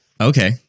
Okay